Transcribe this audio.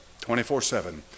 24-7